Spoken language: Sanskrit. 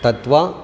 दत्वा